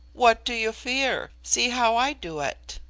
what do you fear see how i do it